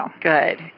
Good